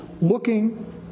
looking